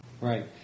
right